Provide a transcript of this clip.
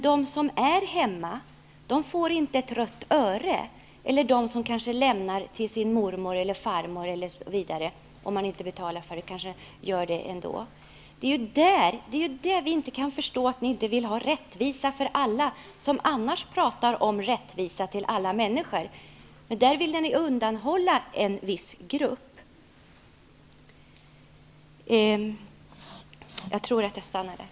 De som är hemma och de som lämnar barnen hos mormor eller farmor får emellertid inte ett rött öre. Vi kan inte förstå att Socialdemokraterna inte vill har rättvisa för alla i detta sammanhang, när de annars talar om rättvisa till alla människor. Men i detta sammanhang vill de alltså undanta en viss grupp.